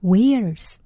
Wears